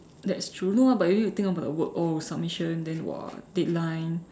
that's true no ah but you need to think about the work oh submission that !wah! deadline